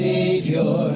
Savior